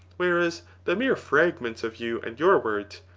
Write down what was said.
whereas the mere fragments of you and your words,